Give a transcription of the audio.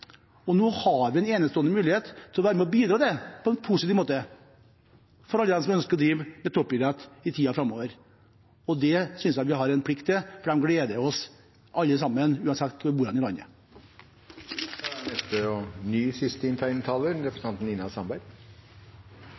måte. Nå har vi en enestående mulighet til å være med og bidra på en positiv måte for alle dem som ønsker å drive toppidrett i tiden framover. Det synes jeg vi har en plikt til, for de gleder oss alle sammen, uansett hvor i landet vi bor. Jeg må få lov til å avrunde debatten med å si at jeg synes det er